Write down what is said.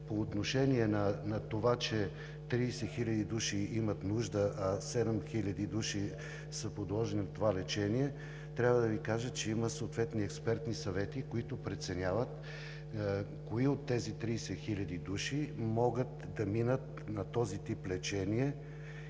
По отношение на това, че 30 хиляди души имат нужда, а 7 хиляди души са подложени на това лечение, трябва да Ви кажа, че има съответни експертни съвети, които преценяват кои от тези 30 хиляди души могат да минат на този тип лечение